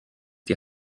die